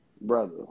Brother